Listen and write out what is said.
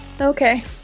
okay